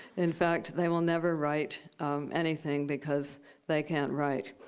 in fact, they will never write anything because they can't write.